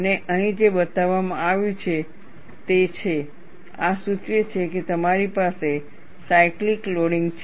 અને અહીં જે બતાવવામાં આવ્યું છે તે છે આ સૂચવે છે કે તમારી પાસે સાયકલીક લોડિંગ છે